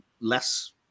less